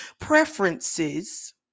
preferences